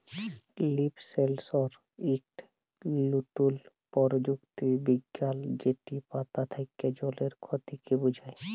leaf সেলসর ইকট লতুল পরযুক্তি বিজ্ঞাল যেট পাতা থ্যাকে জলের খতিকে বুঝায়